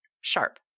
sharp